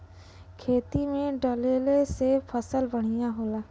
खेती में डलले से फसल बढ़िया होला